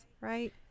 Right